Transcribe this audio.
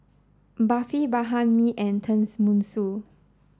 Barfi Banh Mi and Tenmusu